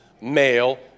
male